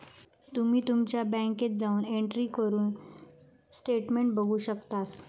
तुम्ही तुमच्या बँकेत जाऊन एंट्री करून स्टेटमेंट बघू शकतास